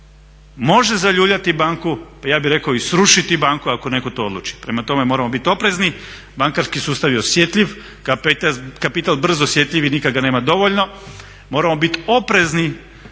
može zaljuljati banku, pa ja bih rekao i srušiti banku ako netko to odluči. Prema tome moramo biti oprezni, bankarski sustav je osjetljiv, kapital je osjetljiv i nikad ga nema dovoljno, moramo biti oprezni